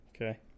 Okay